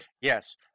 Yes